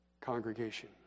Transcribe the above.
congregation